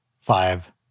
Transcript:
five